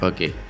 Okay